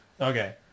Okay